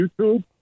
YouTube